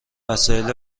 وسایل